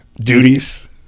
duties